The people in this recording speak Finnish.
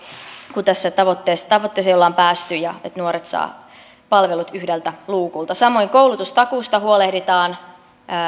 kun tässä tavoitteisiin ollaan päästy ja nuoret saavat palvelut yhdeltä luukulta samoin koulutustakuusta huolehditaan